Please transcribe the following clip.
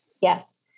Yes